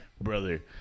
Brother